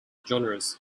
genres